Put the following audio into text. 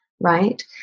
right